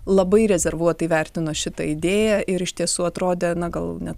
labai rezervuotai vertino šitą idėją ir iš tiesų atrodė na gal net